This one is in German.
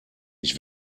ich